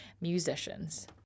Musicians